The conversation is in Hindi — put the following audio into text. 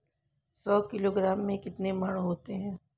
सौ किलोग्राम में कितने मण होते हैं?